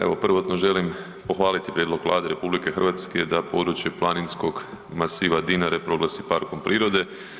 Evo prvotno želim pohvaliti prijedlog Vlade RH da područje planinskog masiva Dinare proglasi parkom prirode.